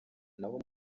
naho